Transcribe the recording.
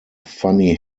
funny